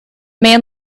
man